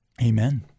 Amen